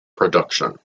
production